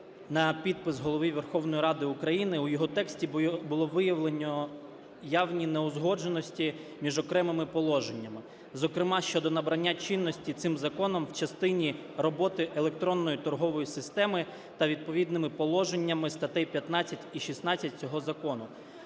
на підпис Голови Верховної Ради України в його тексті було виявлено явні неузгодженості між окремими положеннями. Зокрема щодо набрання чинності цим законом в частині роботи електронної торгової системи та відповідними положеннями статтей 15 і 16 цього закону,